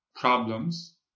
problems